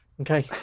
Okay